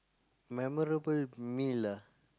memorable meal ah